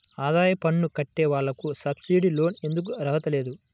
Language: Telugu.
ఆదాయ పన్ను కట్టే వాళ్లకు సబ్సిడీ లోన్ ఎందుకు అర్హత లేదు?